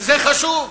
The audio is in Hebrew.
שזה חשוב,